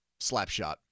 Slapshot